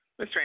Mr